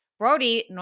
Brody